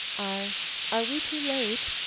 are are we too late?